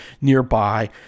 nearby